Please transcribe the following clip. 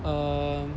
err